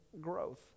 growth